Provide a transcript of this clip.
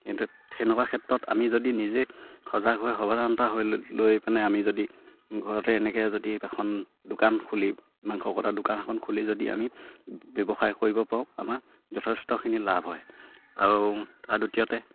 কিন্তু সেনেকুৱা ক্ষেত্ৰত আমি যদি নিজে সজাগ হৈ সাৱধানতা হৈ লৈ পিনে আমি যদি ঘৰতে এনেকে যদি এখন দোকান খুলি মাংস কটা দোকান এখন খুলি যদি আমি ব্যৱসায় কৰিব পাৰোঁ আমাৰ যথেষ্টখিনি লাভ হয় আৰু তাৰ দ্বিতীয়তে